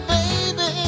Baby